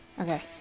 okay